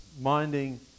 minding